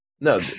No